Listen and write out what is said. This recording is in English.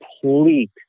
complete